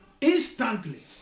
instantly